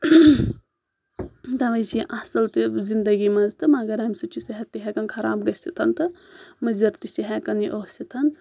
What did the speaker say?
تَوَے چھُ یہِ اَصل تہِ زِندگی منز تہٕ مگر امہِ سۭتۍ چھُ ہؠکان صحت تہِ ہٮ۪کان خَراب گٔژھِتھ تہِ مُضر تہِ چھُ ہؠکان یہِ ٲسِتھ